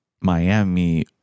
Miami